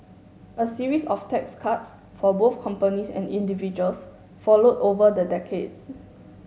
a series of tax cuts for both companies and individuals followed over the decades